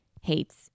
hates